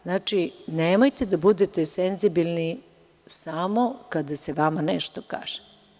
Znači, nemojte da budete senzibilni samo kada se vama nešto kaže.